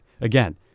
again